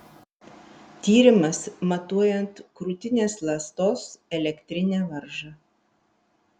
tyrimas matuojant krūtinės ląstos elektrinę varžą